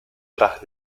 tras